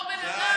זה אותו בן אדם.